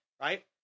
right